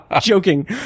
Joking